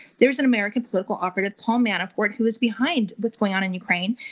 there is an american political operative, paul manafort, who is behind what's going on in ukraine.